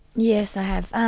yes, i have.